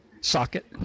socket